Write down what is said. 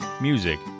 music